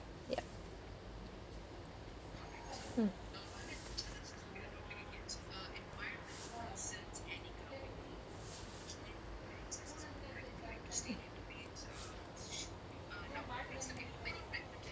yup mmhmm